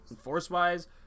force-wise